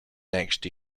next